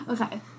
Okay